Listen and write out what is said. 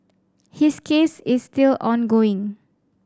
his case is still ongoing